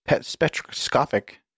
spectroscopic